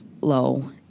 low